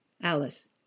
Alice